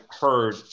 heard